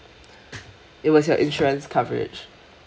it was your insurance coverage